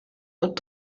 und